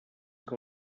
que